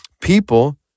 people